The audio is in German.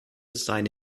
seine